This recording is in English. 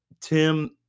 Tim